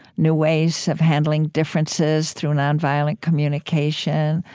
new ways of handling differences through nonviolent communication,